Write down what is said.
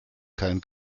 kein